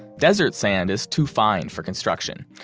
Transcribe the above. desert sand is too fine for construction.